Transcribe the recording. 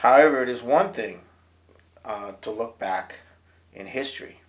however it is one thing to look back in history